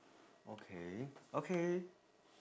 okay okay